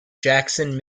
jackson